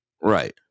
Right